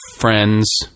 friends